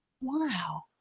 Wow